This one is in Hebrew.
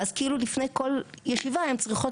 ואז כאילו לפני כל ישיבה הן צריכות